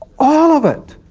all of it.